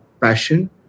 passion